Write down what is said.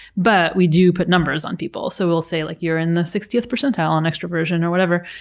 but we do put numbers on people, so we'll say like you're in the sixtieth percentile on extroversion or whatever.